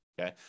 Okay